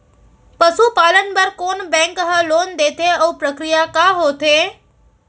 पसु पालन बर कोन बैंक ह लोन देथे अऊ प्रक्रिया का होथे?